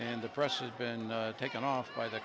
and the press has been taken off by th